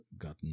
gotten